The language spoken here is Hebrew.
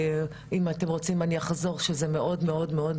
אם אתם רוצים אני יכולה לחזור על הדברים שכבר נאמרו פה אז,